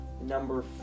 Number